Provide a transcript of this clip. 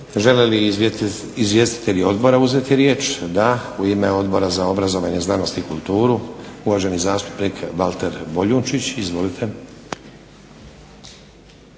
Žele li izvjestitelji Odbora uzeti riječ? Da. U ime Odbora za znanost, obrazovanje i kulturu, uvaženi zastupnik Valter Boljunčić. Izvolite.